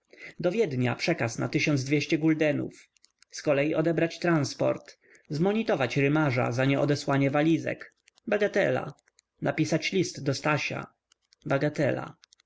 do wiednia przekaz na tysiąc dwieście guldenów z kolei odebrać transport zmonitować rymarza za nieodesłanie walizek bagatela napisać list do stasia bagatela